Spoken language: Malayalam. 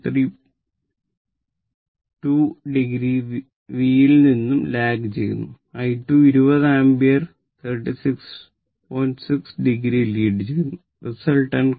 3 o 0